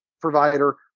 provider